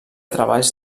treballs